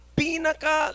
pinaka